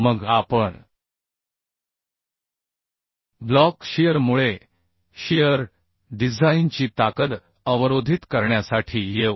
मग आपण ब्लॉक शीअरमुळे शीअर डिझाइनची ताकद अवरोधित करण्यासाठी येऊ